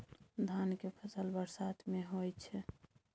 धान के फसल बरसात में होय छै?